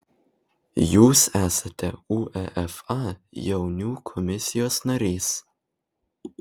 jūs esate uefa jaunių komisijos narys